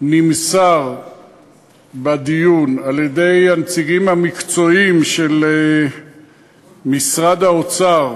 בדיון נמסר על-ידי הנציגים המקצועיים של משרד האוצר